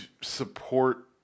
support